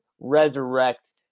resurrect